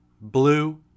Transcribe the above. blue